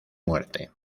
muerte